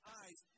eyes